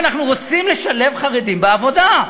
אנחנו רוצים לשלב חרדים בעבודה.